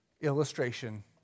illustration